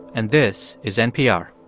and this is npr